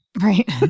Right